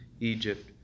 Egypt